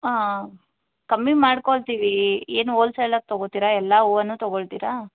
ಹಾಂ ಕಮ್ಮಿ ಮಾಡ್ಕೊಳ್ತೀವಿ ಏನು ಹೋಲ್ಸೆಲಾಗಿ ತೊಗೋತೀರಾ ಎಲ್ಲ ಹೂವನ್ನು ತೊಗೋಳ್ತಿರಾ